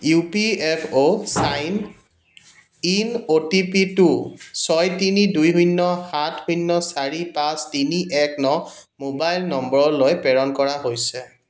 U P F অ' sign in O T P টো ছয় তিনি দুই শূন্য সাত শূন্য চাৰি পাঁচ তিনি এক ন মোবাইল নম্বৰলৈ প্ৰেৰণ কৰা হৈছে